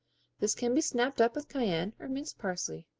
this can be snapped up with cayenne or minced parsley,